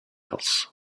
else